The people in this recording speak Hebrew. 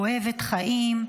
אוהבת חיים.